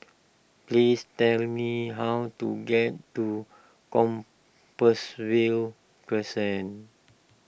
please tell me how to get to Compassvale Crescent